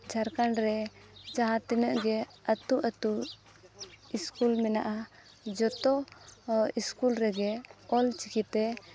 ᱡᱷᱟᱲᱠᱷᱚᱸᱰ ᱨᱮ ᱡᱟᱦᱟᱸ ᱛᱤᱱᱟᱹᱜ ᱜᱮ ᱟᱹᱛᱩ ᱟᱹᱛᱩ ᱥᱠᱩᱞ ᱢᱮᱱᱟᱜᱼᱟ ᱡᱚᱛᱚ ᱥᱠᱩᱞ ᱨᱮᱜᱮ ᱚᱞᱪᱤᱠᱤᱛᱮ